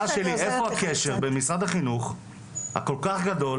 השאלה שלי איפה הקשר בין משרד החינוך הכול כך גדול,